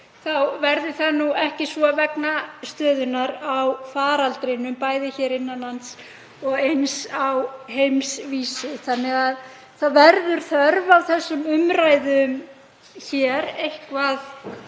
það verði nú ekki svo vegna stöðunnar á faraldrinum, bæði hér innan lands og eins á heimsvísu. Það verður þörf á þessum umræðum eitthvað